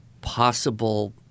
possible